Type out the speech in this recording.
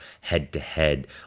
head-to-head